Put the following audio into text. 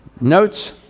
notes